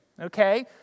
okay